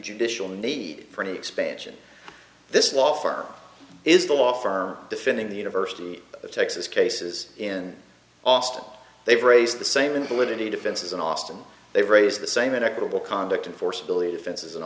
judicial need for any expansion this law firm is the law firm defending the university of texas cases in austin they've raised the same invalidity defenses in austin they raise the same inequitable conduct and force ability defenses